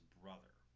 brother